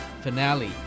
finale